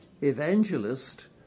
evangelist